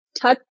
touch